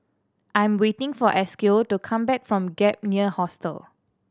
I am waiting for Esequiel to come back from Gap Year Hostel